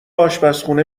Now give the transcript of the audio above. آشپزخونه